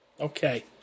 Okay